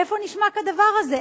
איפה נשמע כדבר הזה?